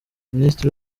minisitiri